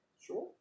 Sure